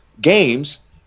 games